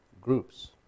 groups